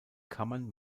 kammern